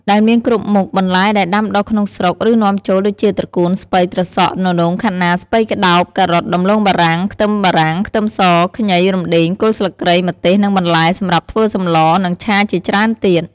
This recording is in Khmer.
ដែលមានគ្រប់មុខបន្លែដែលដាំដុះក្នុងស្រុក ឬនាំចូល ដូចជា ត្រកួន ស្ពៃ ត្រសក់ ននោង ខាត់ណា ស្ពៃក្តោប ការ៉ុត ដំឡូងបារាំង ខ្ទឹមបារាំង ខ្ទឹមស ខ្ញី រំដេង គល់ស្លឹកគ្រៃ ម្ទេស និងបន្លែសម្រាប់ធ្វើសម្លរ និងឆាជាច្រើនទៀត។